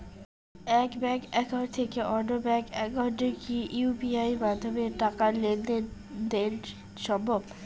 এক bank account থেকে অন্য ব্যাংক একাউন্টে কি ইউ.পি.আই মাধ্যমে টাকার লেনদেন দেন সম্ভব?